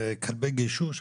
כלי גישוש,